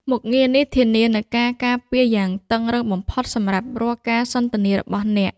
មុខងារនេះធានានូវការការពារយ៉ាងតឹងរ៉ឹងបំផុតសម្រាប់រាល់ការសន្ទនារបស់អ្នក។